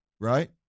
right